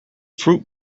fruit